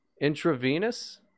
Intravenous